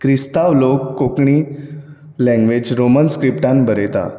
क्रिस्तांव लोक Konkani language Roman स्क्रिप्टान बरयता